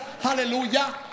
Hallelujah